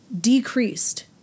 decreased